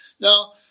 Now